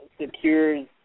secures